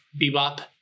Bebop